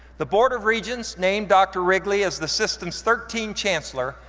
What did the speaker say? the board of regents named dr. wrigley as the system's thirteenth chancellor,